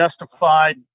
Justified